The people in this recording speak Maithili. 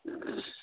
उँह